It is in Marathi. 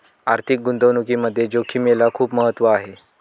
आर्थिक गुंतवणुकीमध्ये जोखिमेला खूप महत्त्व आहे